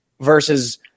Versus